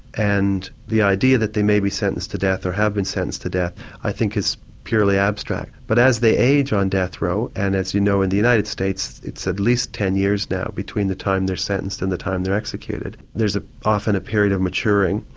and the idea that they may be sentenced to death, or have been sentenced to death i think is purely abstract. but as they age on death row and as you know in the united states it's at least ten years now between the time they're sentenced and the time they're executed there's ah often a period of maturing.